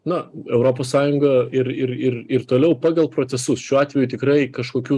nu europos sąjunga ir ir ir ir toliau pagal procesus šiuo atveju tikrai kažkokių